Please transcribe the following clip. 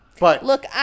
Look